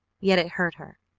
yet it hurt her.